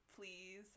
please